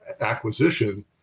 acquisition